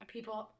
People